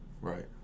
Right